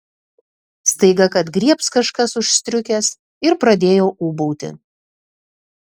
staiga kad griebs kažkas už striukės ir pradėjo ūbauti